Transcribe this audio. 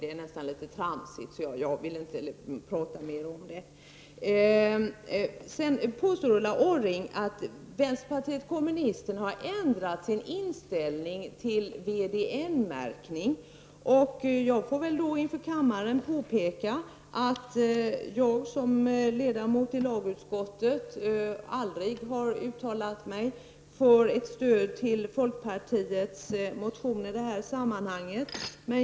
Det hon säger är litet tramsigt, så jag vill inte prata mer om det. Ulla Orring påstår att vänsterpartiet kommunisterna har ändrat sin inställning till VDN-märkning. Jag får då inför kammaren påpeka att jag som ledamot i lagutskottet aldrig har uttalat mig för ett stöd för folkpartiets motion i det sammanhanget.